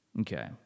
Okay